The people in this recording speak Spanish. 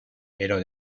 pero